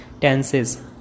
tenses